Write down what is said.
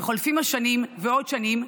וחולפות השנים ועוד שנים,